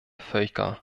völker